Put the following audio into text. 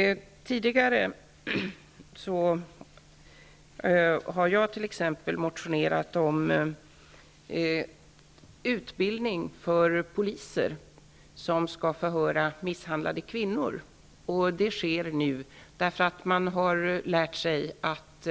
Jag har tidigare väckt motioner om utbildning för poliser som skall förhöra misshandlade kvinnor. Det sker nu. Man har lärt sig att